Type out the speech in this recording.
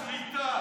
הכול בשליטה,